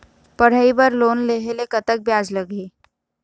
पढ़ई बर लोन लेहे ले कतक ब्याज लगही?